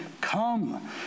come